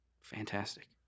Fantastic